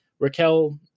Raquel